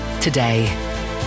today